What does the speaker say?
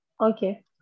Okay